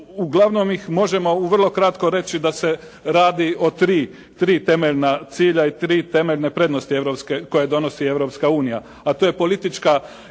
uglavnom ih možemo u vrlo kratko reći da se radi o tri temeljna cilja i tri temeljne prednosti koje donosi Europska unija a to je politička